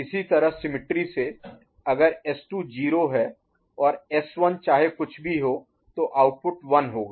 इसी तरह symmetry Symmetry समरूपता से अगर S2 0 है और S1 चाहे कुछ भी हो तो आउटपुट 1 होगा